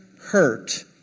hurt